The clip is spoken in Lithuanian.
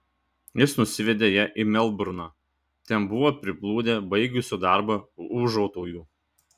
jis nusivedė ją į melburną ten buvo priplūdę baigusių darbą ūžautojų